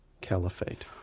Caliphate